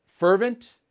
Fervent